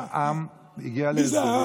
שהעם הגיע להסדרים,